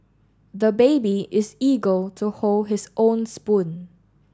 the baby is eager to hold his own spoon